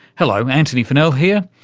hello, antony funnell here,